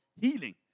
healing